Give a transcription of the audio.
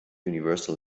universal